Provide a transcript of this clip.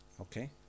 Okay